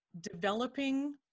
developing